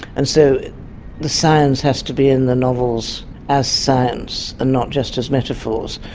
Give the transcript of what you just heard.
and so the science has to be in the novels as science and not just as metaphors.